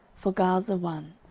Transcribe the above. for gaza one,